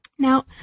Now